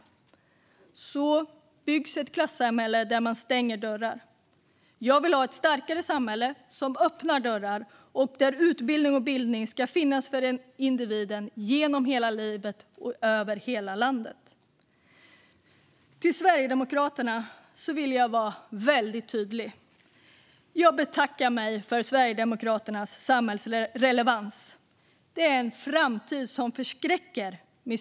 Så byggs ett klassamhälle där man stänger dörrar. Jag vill ha ett starkare samhälle som öppnar dörrar, där utbildning och bildning ska finnas för individen genom hela livet och över hela landet. Jag vill vara väldigt tydlig mot Sverigedemokraterna. Jag betackar mig för Sverigedemokraternas samhällsrelevans. Det är en framtid som förskräcker.